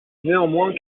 néanmoins